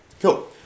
Cool